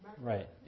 Right